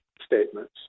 statements